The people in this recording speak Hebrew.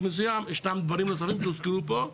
מסוים ישנם דברים נוספים שהוזכרו פה,